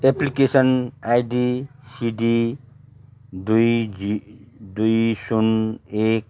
application ID CD दुई G दुई सुन एक